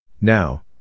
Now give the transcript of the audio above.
Now